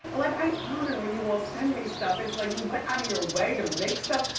like i honor when you all send me stuff. it's like you went out of your way to make stuff.